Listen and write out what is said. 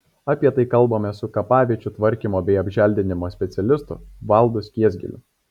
apie tai kalbamės su kapaviečių tvarkymo bei apželdinimo specialistu valdu skiesgilu